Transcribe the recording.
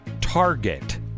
target